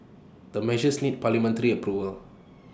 the measures need parliamentary approval